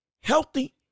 healthy